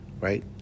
right